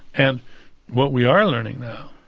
and what we are learning now,